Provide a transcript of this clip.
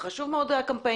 זה חשוב מאוד הקמפיינים,